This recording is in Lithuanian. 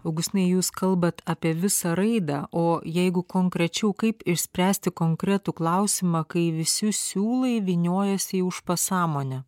augustinai jūs kalbat apie visą raidą o jeigu konkrečiau kaip išspręsti konkretų klausimą kai visi siūlai vyniojasi į už pasąmonę